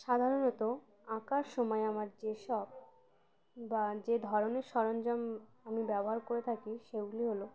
সাধারণত আঁকার সময় আমার যে শব বা যে ধরনের সরঞ্জাম আমি ব্যবহার করে থাকি সেগুলি হলো